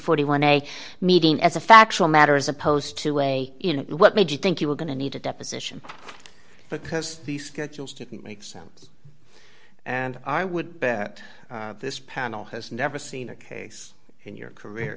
forty one a meeting as a factual matter as opposed to a you know what made you think you were going to need a deposition because the schedules didn't make sense and i would bet this panel has never seen a case in your career